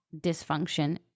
dysfunction